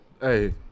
Hey